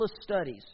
studies